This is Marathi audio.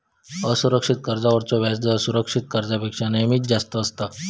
असुरक्षित कर्जावरलो व्याजदर सुरक्षित कर्जापेक्षा नेहमीच जास्त असता